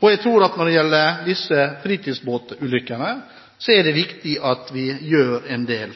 Jeg tror at når det gjelder disse fritidsbåtulykkene, er det viktig at vi gjør en del.